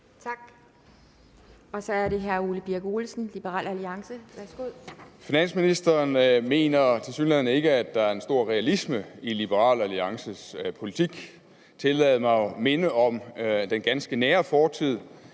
Tak. Og så er det hr. Ole Birk Olesen, Liberal Alliance, værsgo. Kl. 17:34 Ole Birk Olesen (LA): Finansministeren mener tilsyneladende ikke, at der er stor realisme i Liberal Alliances politik. Tillad mig at minde om den ganske nære fortid,